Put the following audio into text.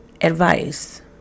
Advice